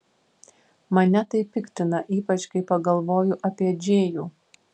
mane tai piktina ypač kai pagalvoju apie džėjų